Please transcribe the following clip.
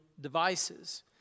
devices